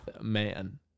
man